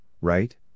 right